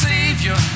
Savior